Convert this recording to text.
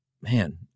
man